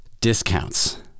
discounts